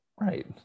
right